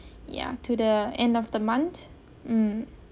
ya to the end of the month mm